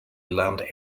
land